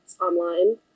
online